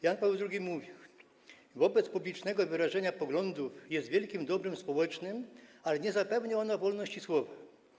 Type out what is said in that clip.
Jan Paweł II mówił: Wolność publicznego wyrażenia poglądów jest wielkim dobrem społecznym, ale nie zapewnia ona wolności słowa.